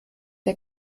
der